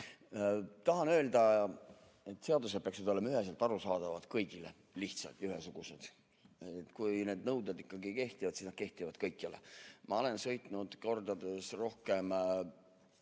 öelda, et seadused peaksid olema üheselt arusaadavad kõigile, lihtsad ja ühesugused. Kui need nõuded ikkagi kehtivad, siis nad kehtivad kõikjal. Ma olen sõitnud kordades rohkem